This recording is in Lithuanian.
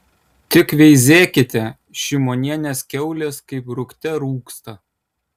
tik veizėkite šimonienės kiaulės kaip rūgte rūgsta